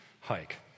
hike